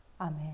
amen